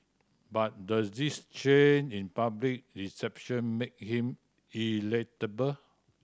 but does this change in public reception make him electable